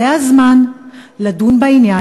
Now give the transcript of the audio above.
זה הזמן לדון בעניין.